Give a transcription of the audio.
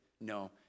No